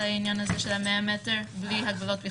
על העניין הזה של ה-100 מטר בלי הגבלות בכלל.